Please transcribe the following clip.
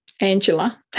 Angela